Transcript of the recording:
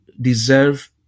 deserve